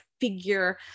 figure